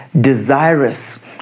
desirous